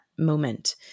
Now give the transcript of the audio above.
Moment